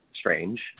strange